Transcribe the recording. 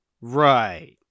right